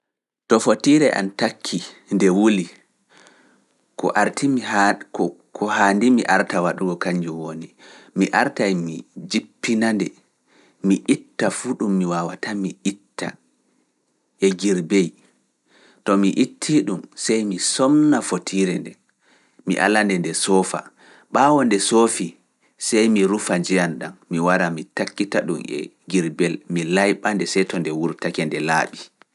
To fotiire am takki nde wuli, ko haandi mi arta waɗugo kañnjo woni, mi arta e mi jippina nde, mi itta fuu ɗum mi waawata, mi itta e girbey, to mi ittii ɗum, sey mi somna fotiire nden, mi ala nde nde soofa, ɓaawo nde soofi, sey mi rufa njiyan ɗam, mi wara, mi takkita ɗum e girbel, mi layɓa nde sei to nde wurtake nde laaɓi.